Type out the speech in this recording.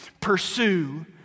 pursue